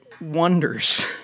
wonders